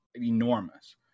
enormous